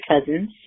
cousins